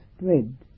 spread